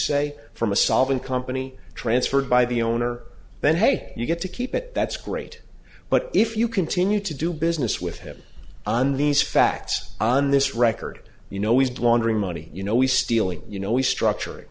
say from a solvent company transferred by the owner then hey you get to keep it that's great but if you continue to do business with him on these facts on this record you know wheezed laundering money you know he's stealing you know we structur